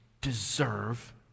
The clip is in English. Deserve